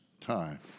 time